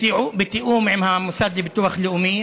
בתיאום עם המוסד לביטוח לאומי.